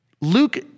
Luke